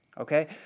Okay